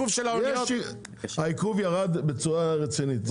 העיכוב ירד בצורה רצינית.